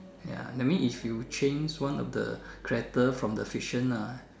ya that means if you change one of the character from the fiction ah